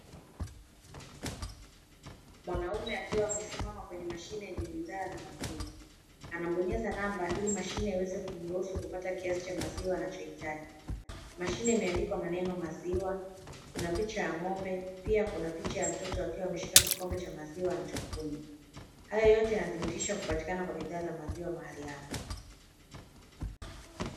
Mwanaume akiwa amesimama kwenye mashine yenye bidhaa za maziwa, anabonyeza namba ili mashine iweze kumruhusu kupata kiasi cha maziwa anachokihitaji. Mashine imeandikwa maneno "MAZIWA", kunapicha ya ng'ombe, pia kuna picha ya mtoto akiwa ameshika kikombe cha maziwa anachokunywa. Haya yote yanathibitisha upatikanaji wa maziwa mahali hapa.